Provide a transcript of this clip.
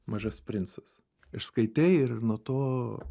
mažasis princas ir skaitei ir nuo to